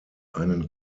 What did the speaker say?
einen